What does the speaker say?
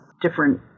different